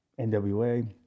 NWA